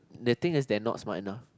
the thing is they not smart you know